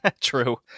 True